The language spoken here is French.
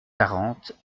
quarante